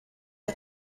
are